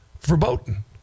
verboten